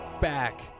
back